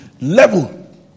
level